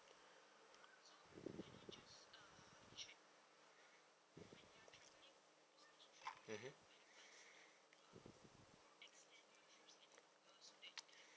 mmhmm